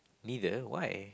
neither why